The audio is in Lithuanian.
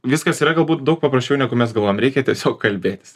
viskas yra galbūt daug paprasčiau negu mes galvojam reikia tiesiog kalbėtis